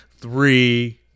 three